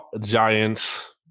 giants